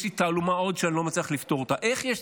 יש לי עוד תעלומה שאני לא מצליח לפתור: איך יש